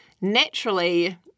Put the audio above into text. naturally